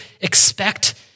expect